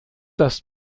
dass